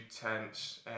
tents